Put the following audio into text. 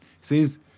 says